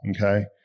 okay